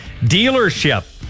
dealership